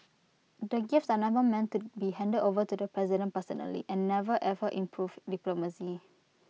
the gifts are never meant to be handed over to the president personally and never ever improved diplomacy